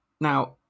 Now